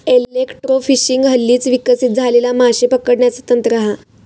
electrofishing हल्लीच विकसित झालेला माशे पकडण्याचा तंत्र हा